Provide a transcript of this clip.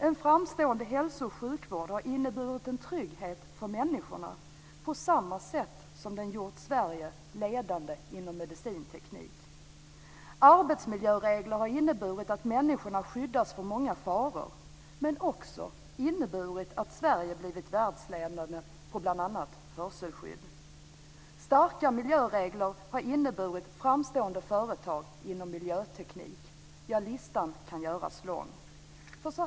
En framstående hälso och sjukvård har inneburit en trygghet för människorna på samma sätt som den har gjort Sverige ledande inom medicinteknik. Våra arbetsmiljöregler har inneburit att människor skyddas från många faror, men det har också inneburit att Sverige har blivit världsledande på bl.a. hörselskydd. Stränga miljöregler har inneburit framstående företag inom miljöteknik - ja, listan kan göras lång.